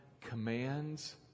commands